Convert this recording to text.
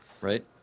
right